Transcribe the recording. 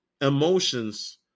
emotions